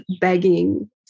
begging